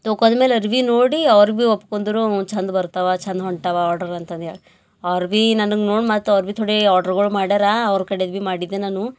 ತೊಗೊಂದ್ ಮೇಲೆ ಅರಿವಿ ನೋಡಿ ಅವ್ರು ಬಿ ಒಪ್ಕೊಂದ್ರು ಹ್ಞೂ ಛಂದ ಬರ್ತವ ಛಂದ ಹೊಂಟವ ಆರ್ಡ್ರ್ ಅಂತಂದೇಳಿ ಅವ್ರು ಬೀ ನನಗೆ ನೋಡು ಮತ್ತು ಅವ್ರು ಬಿ ಥೊಡೇ ಆರ್ಡ್ರ್ಗಳ್ ಮಾಡ್ಯಾರ ಅವ್ರ ಕಡೆದು ಬಿ ಮಾಡಿದ್ದೆ ನಾನು